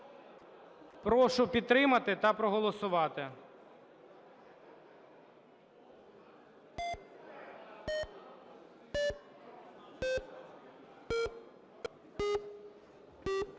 Прошу підтримати та проголосувати.